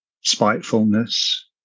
spitefulness